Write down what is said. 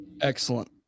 excellent